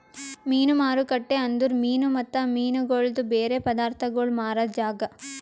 ಮೀನು ಮಾರುಕಟ್ಟೆ ಅಂದುರ್ ಮೀನು ಮತ್ತ ಮೀನಗೊಳ್ದು ಬೇರೆ ಪದಾರ್ಥಗೋಳ್ ಮಾರಾದ್ ಜಾಗ